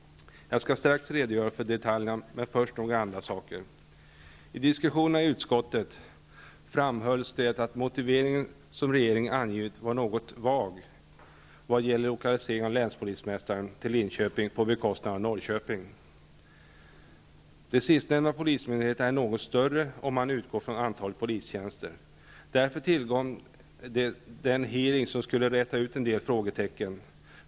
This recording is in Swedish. Jag skall strax redogöra för detaljerna, men först några andra saker. I diskussionerna i utskottet framhölls att den motivering som regeringen angivit var något svag vad gäller lokaliseringen av länspolismästaren till Linköping på bekostnad av Norrköping. Den sistnämnda polismyndigheten är något större med antalet polistjänster som utgångspunkt. Därför tillkom den hearing som skulle räta ut en del frågetecken.